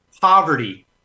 poverty